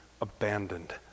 abandoned